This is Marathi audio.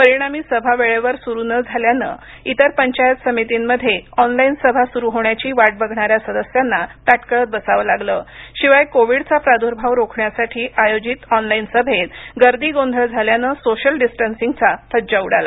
परिणामी सभा वेळेवर सुरु न झाल्यानं इतर पंचायत समितींमध्ये ऑनलाईन सभा सुरू होण्याची वाट बघणाऱ्या सदस्यांना ताटकळत बसावं लागलं शिवाय कोव्हीड चा प्रादुर्भाव रोखण्यासाठी आयोजित ऑनलाईन सभेत गर्दी गोंधळ झाल्यानं सोशल डिस्टंसिंग चा फज्जा उडाला